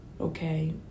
Okay